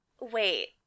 wait